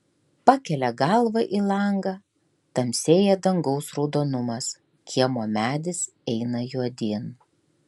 pakelia galvą į langą tamsėja dangaus raudonumas kiemo medis eina juodyn